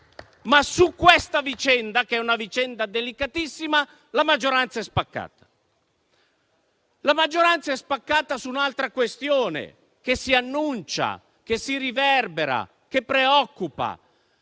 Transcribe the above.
Ma su questa vicenda, che è una vicenda delicatissima, la maggioranza è spaccata. La maggioranza è spaccata anche su un'altra questione, che si annuncia, che si riverbera, che preoccupa.